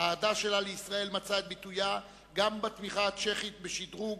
האהדה שלה לישראל מצאה את ביטויה גם בתמיכה הצ'כית בשדרוג